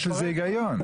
יש בזה היגיון.